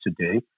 today